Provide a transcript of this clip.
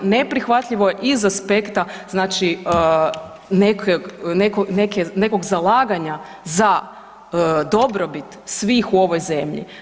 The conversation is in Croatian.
Ne prihvatljivo je iz aspekta znači nekog zalaganja za dobrobit svih u ovoj zemlji.